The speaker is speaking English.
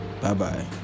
Bye-bye